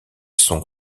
son